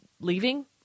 leaving